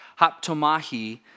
haptomahi